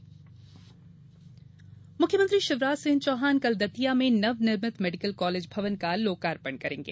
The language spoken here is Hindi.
भवन लोकार्पण मुख्यमंत्री शिवराज सिंह चौहान कल दतिया में नव निर्मित मेडिकल कॉलेज भवन का लोकार्पण करेंगे